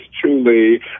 truly